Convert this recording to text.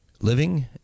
Living